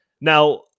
Now